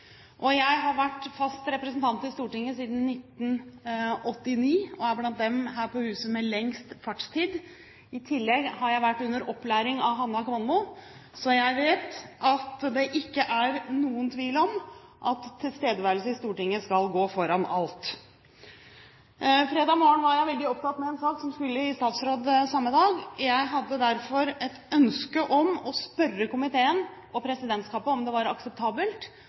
sykdom. Jeg har vært fast representant i Stortinget siden 1989 og er blant dem her på huset med lengst fartstid. I tillegg har jeg vært under opplæring av Hanna Kvanmo, så jeg vet at det ikke er noen tvil om at tilstedeværelse i Stortinget skal gå foran alt. Fredag morgen var jeg veldig opptatt med en sak som skulle i statsråd samme dag. Jeg hadde derfor et ønske om å spørre komiteen og presidentskapet om det var akseptabelt